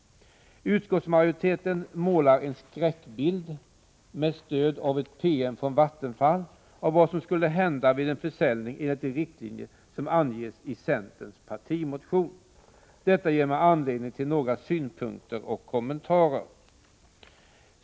Utskottsmajoriteten målar — med stöd av en PM från Vattenfall — en skräckbild av vad som skulle hända vid en försäljning enligt de riktlinjer som anges i centerns partimotion. Detta ger mig anledning till följande synpunkter och kommentarer.